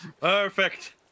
perfect